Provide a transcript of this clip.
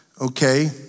okay